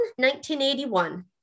1981